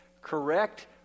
correct